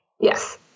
Yes